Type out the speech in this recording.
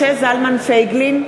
משה זלמן פייגלין,